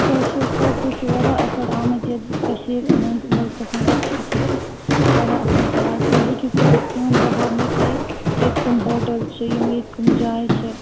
تۄہہِ چھَو حظ پےَ تُہۍ چھِو واریاہ اَصٕل آمٕتۍ ییٚتہِ کٔشیٖرِ ہٕنٛدۍ مُلکَس مَنٛز ییٚتہِ چھِ یہِ چھِ واریاہ اَصٕل جاے تُہۍ ہیٚکِو کٔرِتھ کٲم بہٕ ہاوہَو تۄہہِ ییٚتہِ کٔم ہوٹَل چھِ ییٚتہِ کٔم جایہِ چھِ